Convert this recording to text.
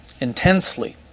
intensely